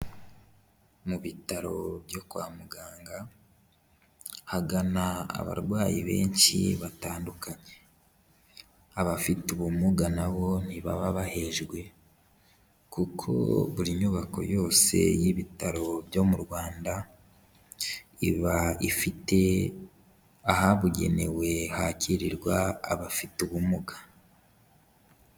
Mu bitaro byo kwa muganga hagana abarwayi benshi batandukanye, abafite ubumuga nabo ntibaba bahejwe kuko buri nyubako yose y'ibitaro byo mu Rwanda iba ifite ahabugenewe hakirirwa abafite ubumuga.